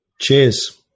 Cheers